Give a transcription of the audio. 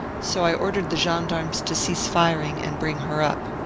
so i ordered the gen darmes to cease firing and bring her up.